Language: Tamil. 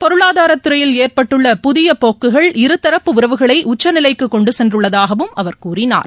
பொருளாதாரத் துறையில் ஏற்பட்டுள்ள புதியபோக்குகள் இருதரப்பு உறவுகளைஉச்சநிலைக்குகொண்டுசென்றுள்ளதாகவும் அவர் கூறினார்